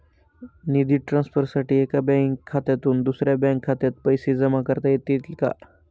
निधी ट्रान्सफरसाठी एका बँक खात्यातून दुसऱ्या बँक खात्यात पैसे जमा करता येतील का?